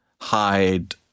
hide